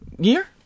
Year